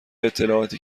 اطلاعاتی